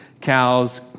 cows